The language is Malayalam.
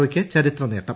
ഒ യ്ക്ക് ചരിത്ര നേട്ടം